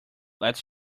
lets